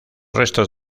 restos